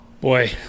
Boy